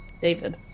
david